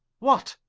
what?